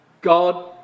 God